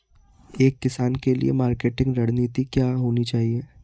एक किसान के लिए मार्केटिंग रणनीति क्या होनी चाहिए?